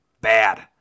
bad